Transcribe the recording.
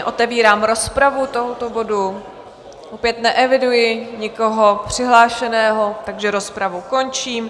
Otevírám rozpravu tohoto bodu, opět neeviduji nikoho přihlášeného, takže rozpravu končím.